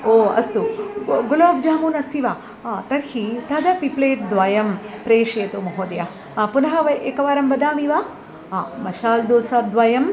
ओ अस्तु ग् गुलाब् जामून् अस्ति वा अ तर्हि तदपि प्लेट् द्वयं प्रेषयतु महोदय आम् पुनः व एकवारं वदामि वा आ मशाल् दोसा द्वयम्